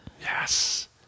Yes